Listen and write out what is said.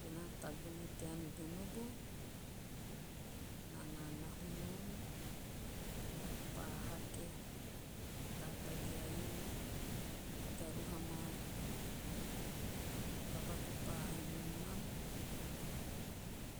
Benaa tagune tea nubumbu. naa na nahu nom. naa repaa hake. tatagi a inu. garuhu amaa taba to paa ann niu nam.